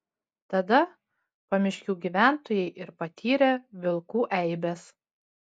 tada pamiškių gyventojai ir patyrė vilkų eibes